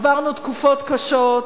עברנו תקופות קשות.